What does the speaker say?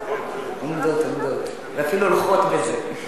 עומדות, עומדות, ואפילו הולכות בזה.